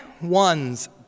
one's